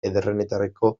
ederrenetako